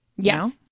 Yes